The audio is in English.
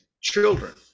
children